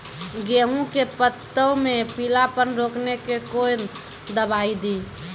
गेहूँ के पत्तों मे पीलापन रोकने के कौन दवाई दी?